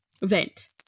event